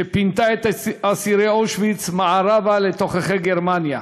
שפינתה את אסירי אושוויץ מערבה לתוככי גרמניה,